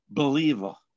believer